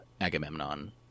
Agamemnon